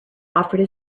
offered